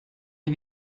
you